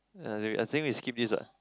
ya I think I think we skip this ah